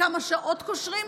לכמה שעות קושרים,